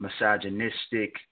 misogynistic